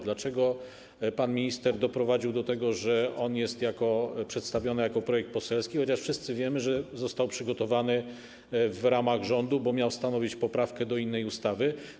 Dlaczego pan minister doprowadził do tego, że jest on przedstawiony jako projekt poselski, chociaż wszyscy wiemy, że został przygotowany w ramach rządu, bo miał stanowić poprawkę do innej ustawy?